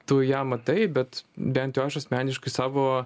tu ją matai bet bent jau aš asmeniškai savo